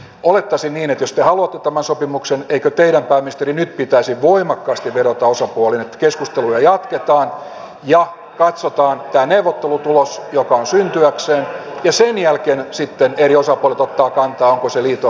jos te haluatte tämän sopimuksen eikö teidän pääministeri nyt pitäisi voimakkaasti vedota osapuoliin että keskusteluja jatketaan ja katsotaan tämä neuvottelutulos joka on syntyäkseen ja sen jälkeen sitten eri osapuolet ottavat kantaa onko se liitoille hyväksyttävää